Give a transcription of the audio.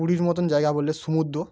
পুরীর মতন জায়গা বললে সমুদ্র